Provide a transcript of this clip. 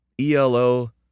ELO